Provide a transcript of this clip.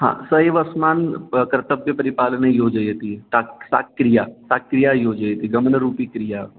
स एव अस्मान् कर्तव्य परिपालने योजयति सा सा क्रिया सा क्रिया योजयति गमनरूपीक्रिया